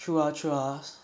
true ah true ah